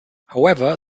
however